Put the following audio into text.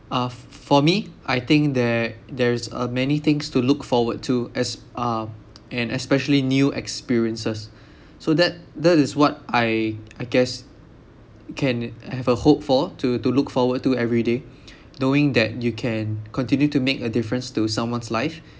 uh f~ for me I think there there is uh many things to look forward to as uh and especially new experiences so that that is what I I guess can have a hope for to to look forward to every day knowing that you can continue to make a difference to someone's life